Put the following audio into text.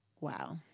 Wow